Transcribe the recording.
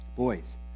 Boys